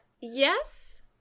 Yes